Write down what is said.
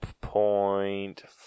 point